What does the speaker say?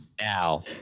now